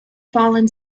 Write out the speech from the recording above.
fallen